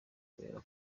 kubera